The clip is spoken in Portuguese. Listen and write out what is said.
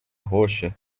roxa